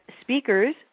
speakers